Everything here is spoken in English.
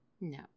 No